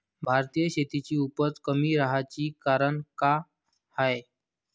भारतीय शेतीची उपज कमी राहाची कारन का हाय?